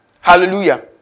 Hallelujah